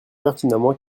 pertinemment